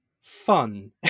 fun